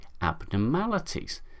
abnormalities